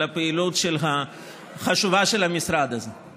על הפעילות החשובה של המשרד הזה.